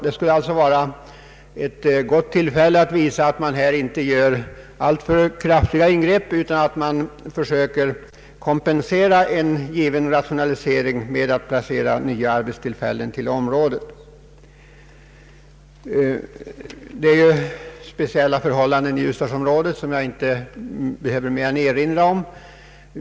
Här skulle finnas ett gott tillfälle att visa att SJ inte vill göra alltför kraftiga ingrepp till nackdel för en drabbad region utan vill försöka kompensera en given rationalisering med att skapa nya arbetstillfällen i området. Det råder speciella förhållanden i Ljusdalsområdet, som jag inte behöver mer än erinra om.